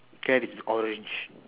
cat is orange